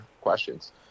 questions